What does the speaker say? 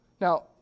Now